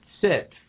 sit